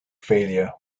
failure